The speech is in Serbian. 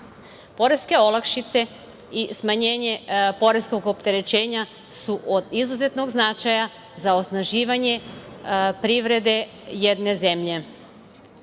godine. Poreske olakšice i smanjenje poreskog opterećenja su od izuzetnog značaja za osnaživanje privrede jedne zemlje.